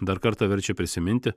dar kartą verčia prisiminti